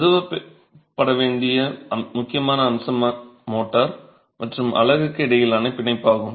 நிறுவப்பட வேண்டிய முக்கியமான அம்சம் மோர்டார் மற்றும் அலகுக்கு இடையிலான பிணைப்பாகும்